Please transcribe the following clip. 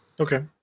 Okay